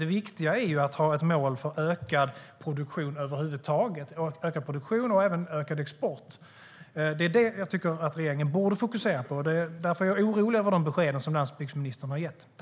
Det viktiga är att ha ett mål för ökad produktion och ökad export. Det tycker jag att regeringen borde fokusera på. Därför är jag orolig över de besked som landsbygdsminstern har gett.